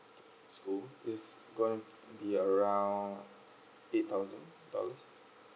school there's gonna be around eight thousand dollars